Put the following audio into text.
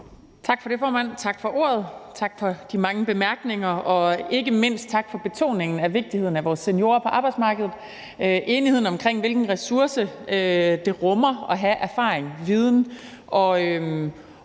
Tak for ordet, formand. Tak for de mange bemærkninger, og ikke mindst tak for betoningen af vigtigheden af vores seniorer på arbejdsmarkedet. Også tak for enigheden om, hvilken ressource der er i erfaring og viden og